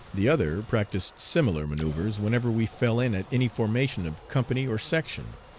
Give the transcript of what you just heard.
the other practised similar manoeuvres whenever we fell in at any formation of company or section.